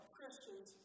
Christians